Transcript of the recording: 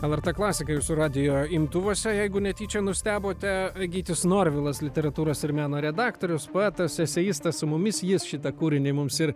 lrt klasika jūsų radijo imtuvuose jeigu netyčia nustebote gytis norvilas literatūros ir meno redaktorius poetas eseistas su mumis jis šitą kūrinį mums ir